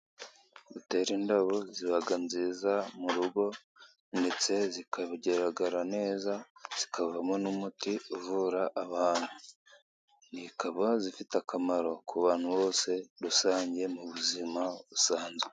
Gutera indabo ziba nziza mu rugo ndetse zikagaragara neza, zikavamo n'umuti uvura abantu, zikaba zifite akamaro ku bantu bose rusange mu buzima busanzwe.